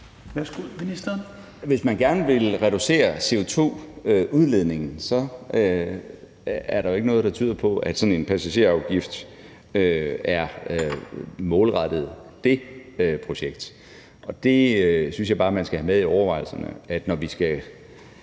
Hvis man gerne vil reducere CO2-udledningen, er der ikke noget, der tyder på, at sådan en passagerafgift er målrettet det projekt, og det synes jeg bare man skal have med i overvejelserne,